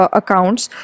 accounts